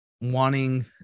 wanting